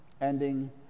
ending